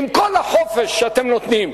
עם כל החופש שאתם נותנים.